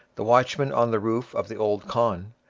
the watchman on the roof of the old khan,